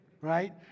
right